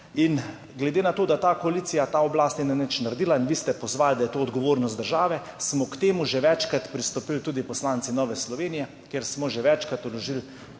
In glede na to, da ta koalicija, ta oblast ni nič naredila, in vi ste pozvali, da je to odgovornost države, smo k temu že večkrat pristopili tudi poslanci Nove Slovenije, ker smo že večkrat vložili